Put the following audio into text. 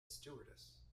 stewardess